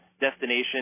destination